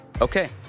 Okay